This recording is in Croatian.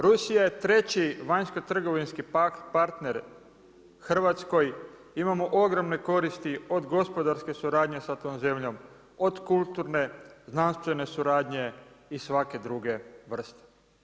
Rusija je treći vanjskotrgovinski partner Hrvatskoj, imamo ogromne koristi od gospodarske suradnje sa tom zemljom od kulturne, znanstvene suradnje i svake druge vrste.